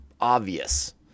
obvious